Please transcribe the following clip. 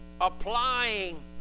applying